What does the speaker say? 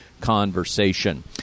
conversation